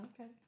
Okay